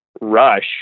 rush